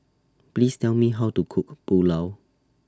Please Tell Me How to Cook Pulao